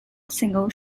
single